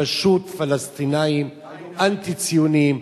פשוט פלסטינים אנטי-ציונים,